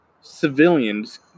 civilians